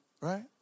right